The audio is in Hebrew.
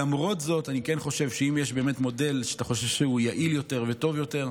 למרות זאת אני חושב שאם יש מודל שאתה חושב שהוא יעיל יותר וטוב יותר,